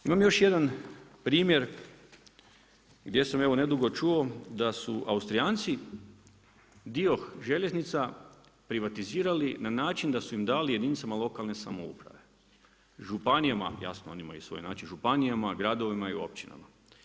Imam još jedan primjer gdje sam nedugo čuo da su Austrijanci dio željeznica privatizirali na način da su im dali jedinicama lokalne samouprave, županijama, jasno oni imaju svoj način, županijama, gradovima i općinama.